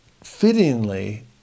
fittingly